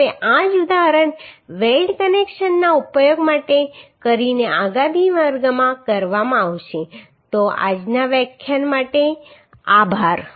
હવે આ જ ઉદાહરણ વેલ્ડ કનેક્શનનો ઉપયોગ કરીને આગામી વર્ગમાં કરવામાં આવશે તો આજના વ્યાખ્યાન માટે આભાર